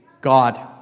God